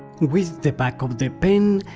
with the back of the pen,